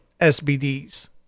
SBDs